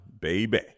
baby